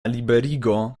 liberigo